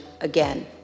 again